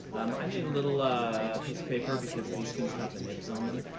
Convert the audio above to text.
i need a little ah piece of paper, because these things have the nibs on them,